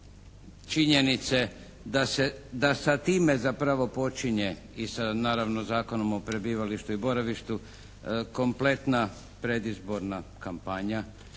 činjenice da sa time zapravo počinje i sa naravno Zakonom o prebivalištu i boravištu kompletna predizborna kampanja,